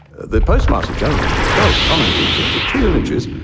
the postmaster general himself commented that the two images,